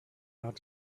not